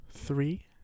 Three